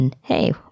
hey